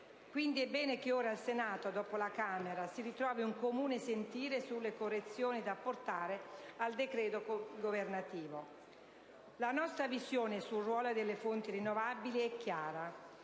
quindi bene che ora al Senato, dopo la Camera, si ritrovi un comune sentire sulle correzioni da apportare al decreto governativo. La nostra visione sul ruolo delle fonti rinnovabili è chiara: